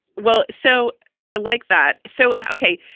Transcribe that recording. well. so i like that. so. okay.